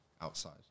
outside